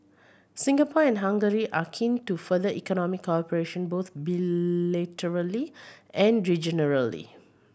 Singapore and Hungary are keen to further economic cooperation both bilaterally and